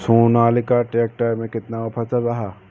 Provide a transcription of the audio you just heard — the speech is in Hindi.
सोनालिका ट्रैक्टर में कितना ऑफर चल रहा है?